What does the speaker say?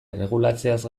erregulatzeaz